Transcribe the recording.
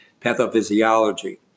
pathophysiology